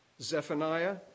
Zephaniah